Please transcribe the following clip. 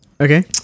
Okay